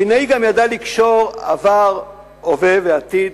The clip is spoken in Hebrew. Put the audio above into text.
וילנאי גם ידע לקשור עבר, הווה ועתיד,